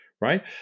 right